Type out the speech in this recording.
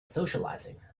socializing